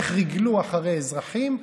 איך ריגלו אחרי אזרחים,